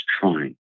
trying